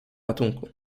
ratunku